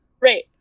Right